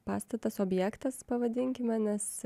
pastatas objektas pavadinkime nes